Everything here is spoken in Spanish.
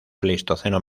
pleistoceno